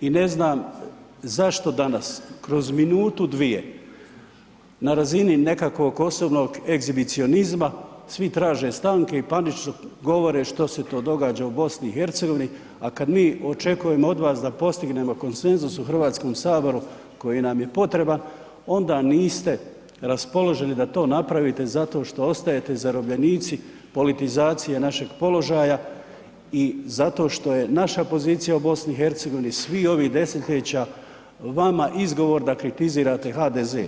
i ne znam zašto danas kroz minutu, dvije na razini nekakvog osobnog egzibicionizma svi traže stanke i panično govore što se to događa u BiH a kada mi očekujemo od vas da postignemo konsenzus u Hrvatskom saboru koji nam je potreban onda niste raspoloženi da to napravite zato što ostajete zarobljenici politizacije našeg položaja i zato što je naša pozicija u BiH, svih ovih desetljeća vama izgovor da kritizirate HDZ.